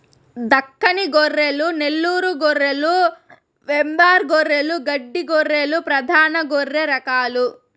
దక్కని గొర్రెలు, నెల్లూరు గొర్రెలు, వెంబార్ గొర్రెలు, గడ్డి గొర్రెలు ప్రధాన గొర్రె రకాలు